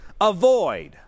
avoid